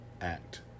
Act